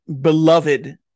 beloved